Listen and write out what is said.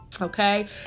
Okay